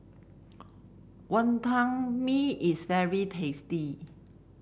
Wonton Mee is very tasty